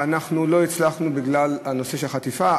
ואנחנו לא הצלחנו בגלל החטיפה.